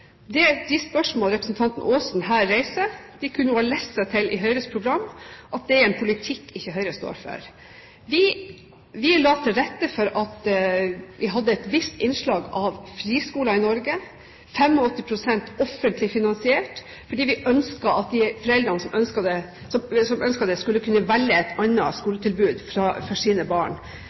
De spørsmål representanten Aasen her reiser, kunne hun ha lest seg til i Høyres program. Det er en politikk Høyre ikke står for. Vi la til rette for et visst innslag av friskoler i Norge, 85 pst. offentlig finansiert, fordi vi ønsket at de foreldrene som ønsket det, skulle kunne velge et annet skoletilbud for sine barn.